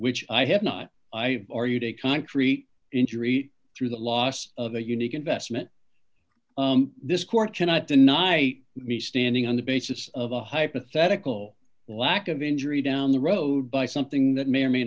which i have not i or you to a concrete injury through the loss of a unique investment this court cannot deny me standing on the basis of a hypothetical lack of injury down the road by something that may or may